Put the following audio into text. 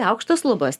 aukštos lubos